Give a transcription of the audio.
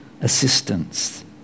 assistance